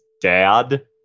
dad